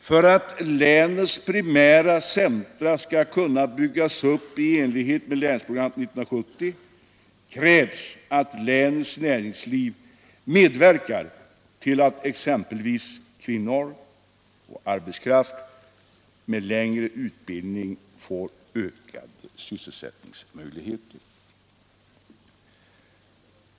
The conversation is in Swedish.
För att länets primära centra skall kunna byggas upp i enlighet med Länsprogram 1970 krävs att länets näringsliv medverkar till att exempelvis kvinnor och arbetskraft med längre utbildning får ökade sysselsättningsmöjligheter.